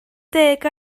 deg